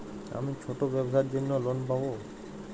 আমি ছোট ব্যবসার জন্য লোন পাব?